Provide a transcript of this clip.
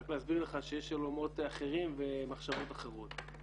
רק להסביר לך שיש עולמות אחרים ומחשבות אחרות.